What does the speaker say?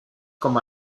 como